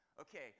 Okay